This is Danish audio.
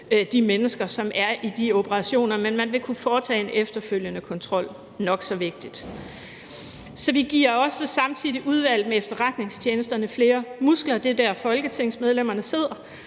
Men man vil kunne foretage en efterfølgende kontrol. Det er nok så vigtigt. Vi giver også samtidig Udvalget vedrørende Efterretningstjenesterne flere muskler. Det er der, folketingsmedlemmerne sidder.